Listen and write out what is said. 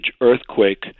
earthquake